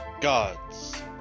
gods